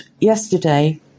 yesterday